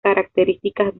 características